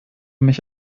mich